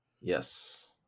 yes